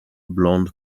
blond